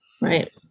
right